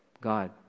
God